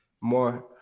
more